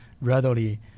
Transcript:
readily